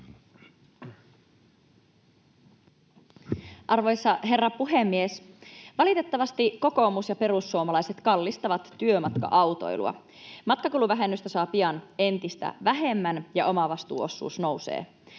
Arvoisa herra puhemies! Valitettavasti kokoomus ja perussuomalaiset kallistavat työmatka-autoilua. Matkakuluvähennystä saa pian entistä vähemmän, ja omavastuuosuus nousee.